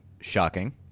Shocking